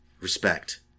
respect